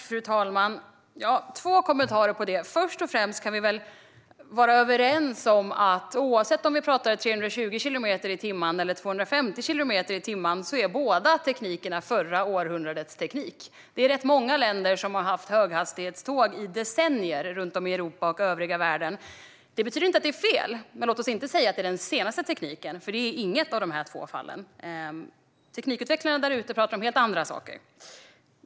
Fru talman! Jag har två kommentarer till det. Först och främst kan vi väl vara överens om att oavsett om vi talar om 320 eller 250 kilometer i timmen är båda teknikerna förra århundradets teknik. Det är rätt många länder runt om i Europa och övriga världen som har haft höghastighetståg i decennier. Det betyder inte att det är fel. Men låt oss inte säga att det är den senaste tekniken, för det är inget av de här två fallen. Teknikutvecklarna där ute talar om helt andra saker.